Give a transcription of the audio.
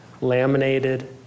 laminated